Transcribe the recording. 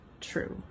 true